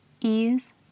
Ease